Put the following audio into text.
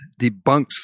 debunks